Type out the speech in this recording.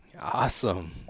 Awesome